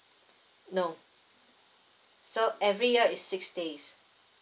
no so every year is six days